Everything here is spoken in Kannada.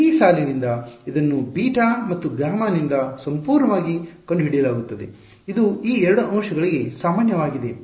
ಆದ್ದರಿಂದ ಈ ಸಾಲಿನಿಂದ ಇದನ್ನು β ಮತ್ತು γ ನಿಂದ ಸಂಪೂರ್ಣವಾಗಿ ಕಂಡುಹಿಡಿಯಲಾಗುತ್ತದೆ ಇದು ಈ ಎರಡೂ ಅಂಶಗಳಿಗೆ ಸಾಮಾನ್ಯವಾಗಿದೆ